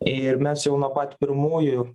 ir mes jau nuo pat pirmųjų